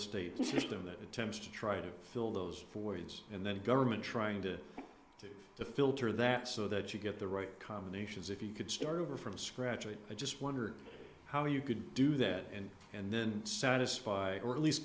that attempts to try to fill those four days and then government trying to do the filter that so that you get the right combinations if you could start over from scratch i just wondered how you could do that and then satisfy or at least